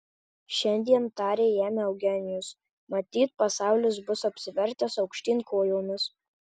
šiandien tarė jam eugenijus matyt pasaulis bus apsivertęs aukštyn kojomis